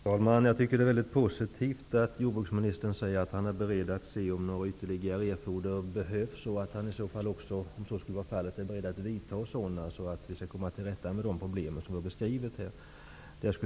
Herr talman! Jag tycker att det är positivt att jordbruksministern säger att han är beredd att se över om något ytterligare behöver göras och att han, om så är fallet, är beredd att vidta åtgärder för att komma till rätta med de problem som här har beskrivits.